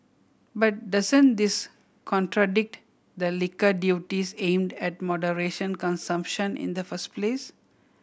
but doesn't this contradict the liquor duties aimed at moderation consumption in the first place